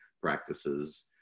practices